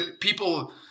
People